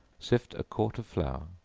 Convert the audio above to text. sift a quart of flour,